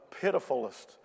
pitifulest